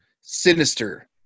sinister